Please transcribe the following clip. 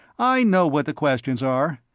i know what the questions are.